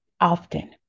often